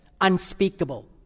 unspeakable